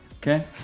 Okay